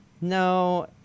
No